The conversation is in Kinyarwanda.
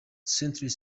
century